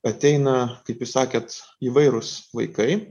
ateina kaip ir sakėt įvairūs vaikai